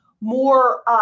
more